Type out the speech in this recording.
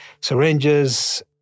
syringes